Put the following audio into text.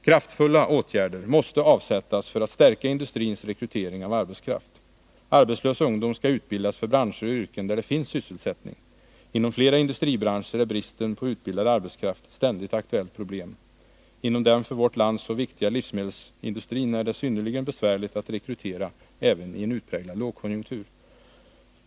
Kraftfulla åtgärder måste avsättas för att stärka industrins rekrytering av arbetskraft. Arbetslös ungdom skall utbildas för branscher och yrken där det finns sysselsättning. Inom flera industribranscher är bristen på utbildad arbetskraft ett ständigt aktuellt problem. Inom den för vårt land så viktiga livsmedelsbranschen är det synnerligen besvärligt att rekrytera även i en lågkonjunktur.